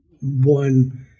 one